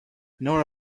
nora